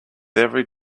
every